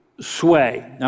sway